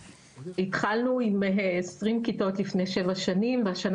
התחלנו עם 120 כיתות לפני שבע שנים והשנה